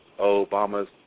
Obama's